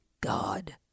God